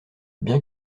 bien